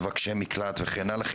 מבקשי מקלט וכן הלאה,